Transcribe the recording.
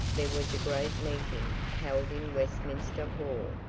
there was a great meeting held in westminster hall,